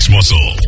Muscle